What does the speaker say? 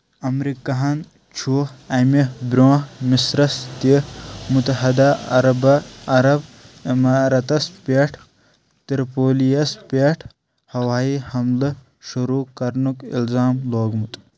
امریٖکہ ہَن چُھ امہِ برٛونٛہہ مِصرَس تہِ مُتحدہ عَربہ عَرب اِماراتس پٮ۪ٹھ تِرٛپولی یس پٮ۪ٹھ ہَوٲیی حملہٕ شُروٗع کرنُک اِلزام لووگمُت